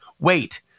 Wait